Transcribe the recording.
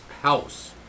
house